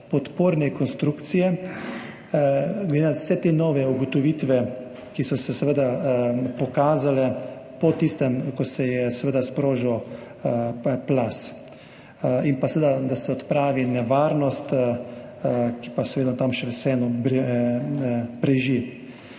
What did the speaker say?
podporne konstrukcije glede na vse te nove ugotovitve, ki so se pokazale po tistem, ko se je sprožil plaz. In seveda, da se odpravi nevarnost, ki tam še vseeno preži.